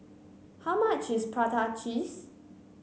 how much is Prata Cheese